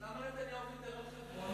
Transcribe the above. אז למה נתניהו ויתר על חברון?